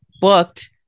booked